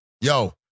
Yo